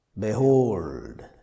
Behold